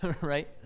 right